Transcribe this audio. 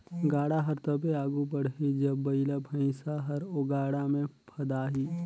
गाड़ा हर तबे आघु बढ़ही जब बइला भइसा हर ओ गाड़ा मे फदाही